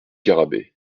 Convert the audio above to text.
garrabet